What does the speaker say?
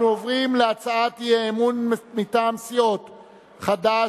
אנחנו עוברים להצעת האי-אמון מטעם סיעות חד"ש,